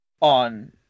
on